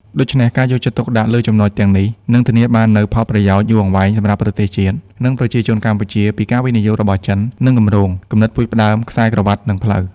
ដូច្នេះការយកចិត្តទុកដាក់លើចំណុចទាំងនេះនឹងធានាបាននូវផលប្រយោជន៍យូរអង្វែងសម្រាប់ប្រទេសជាតិ និងប្រជាជនកម្ពុជាពីការវិនិយោគរបស់ចិន និងគម្រោង គំនិតផ្ដួចផ្ដើមខ្សែក្រវាត់ និងផ្លូវ។